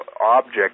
object